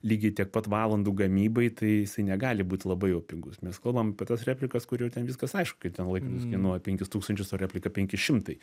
lygiai tiek pat valandų gamybai tai jisai negali būt labai jau pigus mes kalbam apie tas replikas kur jau ten viskas aišku kad ten laikrodis kainuoja penkis tūkstančius o replika penki šimtai